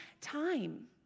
time